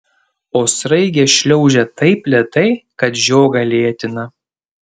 o sraigė šliaužia taip lėtai kad žiogą lėtina